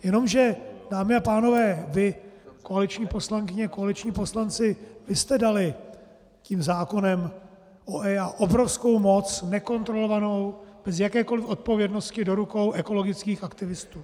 Jenomže, dámy a pánové, vy, koaliční poslankyně, koaliční poslanci, vy jste dali tím zákonem o EIA obrovskou moc, nekontrolovanou, bez jakékoliv odpovědnosti do rukou ekologických aktivistů.